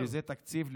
שזה תקציב לשנתיים.